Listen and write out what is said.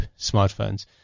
smartphones